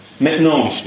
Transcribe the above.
Maintenant